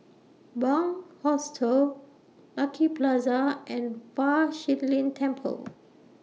Bunc Hostel Lucky Plaza and Fa Shi Lin Temple